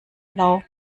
blau